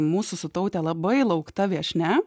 mūsų su taute labai laukta viešnia